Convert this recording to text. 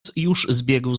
zbiegł